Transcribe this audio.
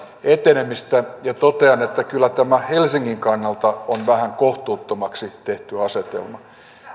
etenemistä ja totean että kyllä tämä helsingin kannalta on vähän kohtuuttomaksi tehty asetelma